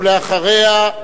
ואחריה,